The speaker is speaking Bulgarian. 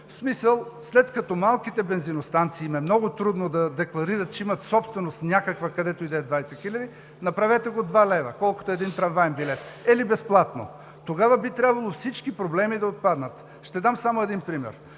в смисъл, след като на малките бензиностанции им е много трудно да декларират, че имат някаква собственост където и да е, 20 хиляди, направете го два лева, колкото един трамваен билет или безплатно. Тогава би трябвало всички проблеми да отпаднат. Ще дам само един пример.